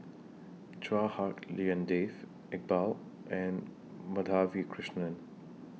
Chua Hak Lien Dave Iqbal and Madhavi Krishnan